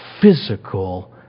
physical